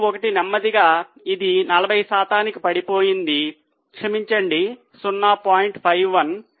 51 నెమ్మదిగా ఇది 40 శాతానికి పడిపోయింది క్షమించండి 0